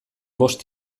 bost